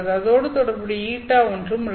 அதோடு தொடர்புடைய η ஒன்றும் உள்ளது